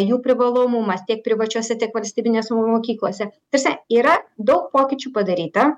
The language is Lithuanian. jų privalomumas tiek privačiose tiek valstybinėse mokyklose tiesa yra daug pokyčių padaryta